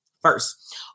first